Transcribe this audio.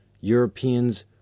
Europeans